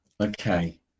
Okay